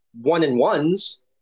one-and-ones